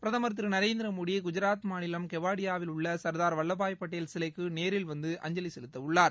பிரதமர் திரு நரேந்திரமோடி குஜாத் மாநிலம் கெவாடியாவில் உள்ள சர்தார் வல்லபாய் பட்டேல் சிலைக்கு நேரில் வந்து அஞ்சலி செலுத்த உள்ளார்